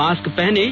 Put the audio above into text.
mask पहनें